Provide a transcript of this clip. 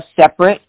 separate